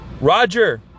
Roger